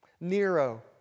Nero